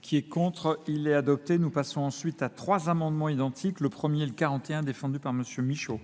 qui est contre, il est adopté. Nous passons ensuite à trois amendements identiques, le premier et le 41 défendu par monsieur Michaud.